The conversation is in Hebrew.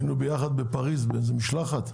היינו ביחד בפריז במשלחת,